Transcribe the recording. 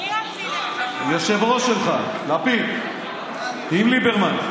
מי, היושב-ראש שלך לפיד עם ליברמן,